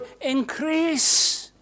increase